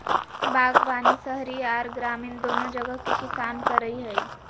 बागवानी शहरी आर ग्रामीण दोनो जगह के किसान करई हई,